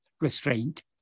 restraint